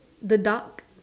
the duck